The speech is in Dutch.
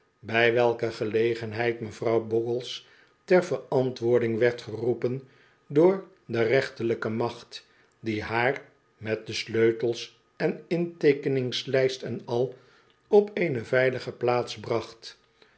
bij welke gelegenheid mevrouw bogles ter verantwoording werd geroepen door de rechterlijke macht die haar met de sleutels en inteekeningslijst en al op eene veilige plaats bracht